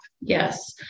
Yes